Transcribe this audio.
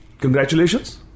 Congratulations